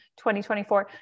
2024